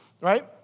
right